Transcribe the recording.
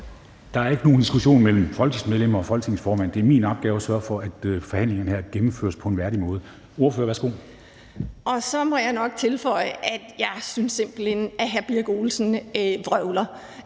Der er ikke nogen diskussion mellem folketingsmedlemmer og Folketingets formand. Det er min opgave at sørge for, at forhandlingerne her gennemføres på en værdig måde. Ordføreren, værsgo. Kl. 10:40 Heidi Bank (V): Så må jeg nok tilføje, at jeg simpelt hen synes, at hr. Ole Birk Olesen vrøvler.